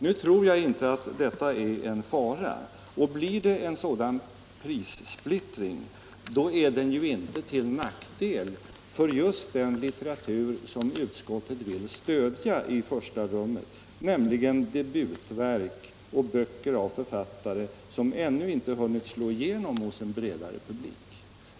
Nu tror jag inte att detta är en fara, och blir det en sådan prissplittring är den inte till nackdel för just den litteratur som utskottet vill stödja i första rummet, nämligen debutverk och böcker av författare som ännu inte hunnit slå igenom hos en bredare publik.